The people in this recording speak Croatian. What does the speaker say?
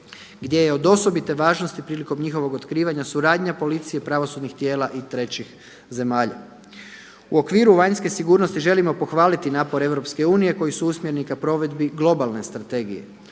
gdje je od osobite važnosti prilikom njihovog otkrivanja suradnja policije, pravosudnih tijela i trećih zemalja. U okviru vanjske sigurnosti želimo pohvaliti napore EU koji su usmjereni ka provedbi globalne strategije.